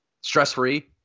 stress-free